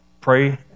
pray